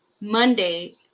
monday